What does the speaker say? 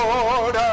Lord